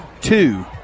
two